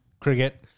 cricket